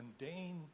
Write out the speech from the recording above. mundane